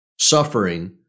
suffering